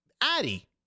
Addy